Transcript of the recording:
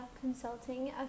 Consulting